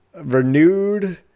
renewed